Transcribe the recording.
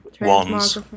wands